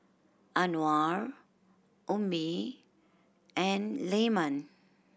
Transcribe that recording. Anuar Ummi and Leman